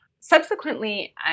Subsequently